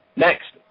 Next